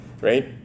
right